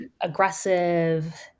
aggressive